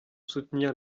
soutenir